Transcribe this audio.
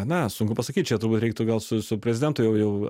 na sunku pasakyt čia turbūt reiktų gal su su prezidentu jau jau